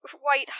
white